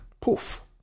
Poof